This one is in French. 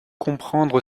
comprendre